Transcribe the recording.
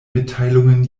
mitteilungen